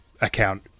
account